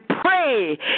pray